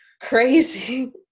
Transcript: crazy